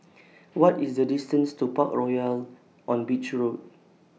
What IS The distance to Parkroyal on Beach Road